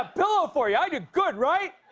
ah pillow for you! i did good, right?